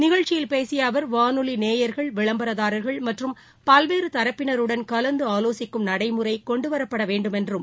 நிகழ்ச்சியில் பேசிய அவர் வானொலி நேயர்கள் விளம்பரதாரர் மற்றும் பல்வேறு தரப்பினருடன் கலந்து ஆலோசிக்கும் நடைமுறை கொண்டுவரப்பட வேண்டுமென்றும்